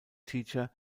teacher